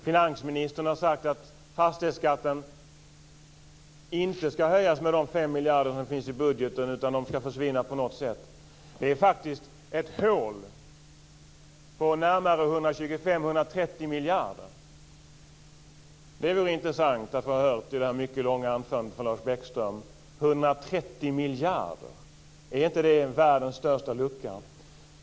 Finansministern har sagt att fastighetsskatten inte ska höjas med de 5 miljarder som finns budgeten, utan de ska försvinna på något sätt. Det är faktiskt ett hål på närmare 125, 130 miljarder. Det vore intressant efter det mycket långa anförandet av Lars Bäckström att få höra om det. Är inte 130 miljarder världens största lucka?